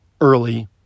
early